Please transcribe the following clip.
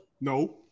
No